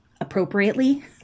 appropriately